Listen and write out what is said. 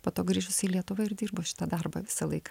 po to grįžusi į lietuvą ir dirbo šitą darbą visą laiką